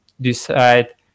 decide